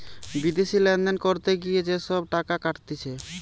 বিদেশি লেনদেন করতে গিয়ে যে সব টাকা কাটতিছে